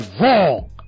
wrong